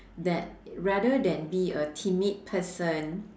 that rather than be a timid person